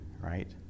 right